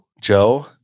Joe